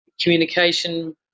communication